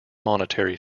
monetary